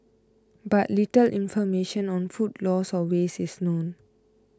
but little information on food loss or waste is known